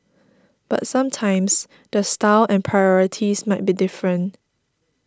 but sometimes the style and priorities might be different